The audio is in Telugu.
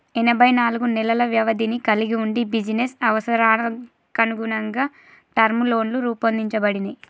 ఎనబై నాలుగు నెలల వ్యవధిని కలిగి వుండి బిజినెస్ అవసరాలకనుగుణంగా టర్మ్ లోన్లు రూపొందించబడినయ్